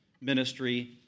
ministry